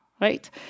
right